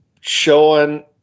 showing